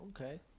okay